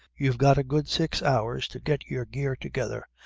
you've got a good six hours to get your gear together,